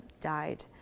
died